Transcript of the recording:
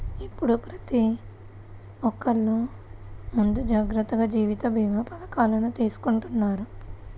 ఇప్పుడు ప్రతి ఒక్కల్లు ముందు జాగర్తగా జీవిత భీమా పథకాలను తీసుకుంటన్నారు